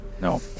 No